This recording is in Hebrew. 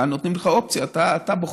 כאן נותנים לך אופציה, אתה בוחר.